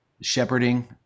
shepherding